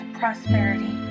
prosperity